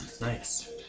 Nice